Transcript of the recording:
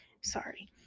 sorry